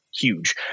huge